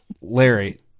Larry